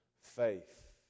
faith